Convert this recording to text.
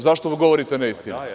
Zašto govorite neistine?